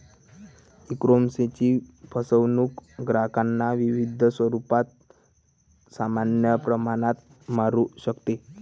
ईकॉमर्सची फसवणूक ग्राहकांना विविध स्वरूपात समान प्रमाणात मारू शकते